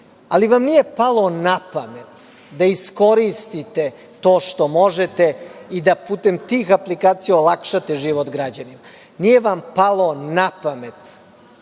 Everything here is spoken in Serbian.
vam palo na pamet da iskoristite to što možete i da putem tih aplikacija olakšate život građanima. Nije vam palo na pamet.